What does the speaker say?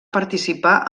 participar